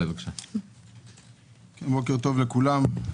בוקר טוב לכולם.